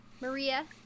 Maria